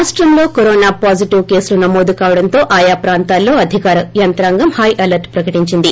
రాష్టంలో corona positive cases నమోదు కావడంతో ఆయా ప్రాంతాల్లో అధికార యంత్రాంగం హైఅలర్ల్ ప్రకటించింది